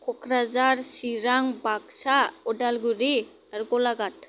क'क्राझार चिरां बाक्सा अदालगुरि आरो गलाघात